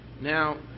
Now